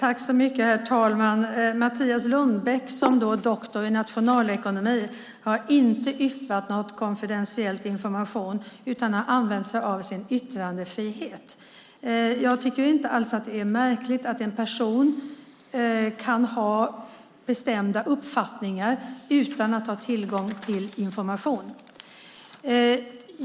Herr talman! Mattias Lundbäck, som är doktor i nationalekonomi, har inte yppat någon konfidentiell information utan har använt sig av sin yttrandefrihet. Jag tycker inte alls att det är märkligt att en person kan ha bestämda uppfattningar utan att ha tillgång till information.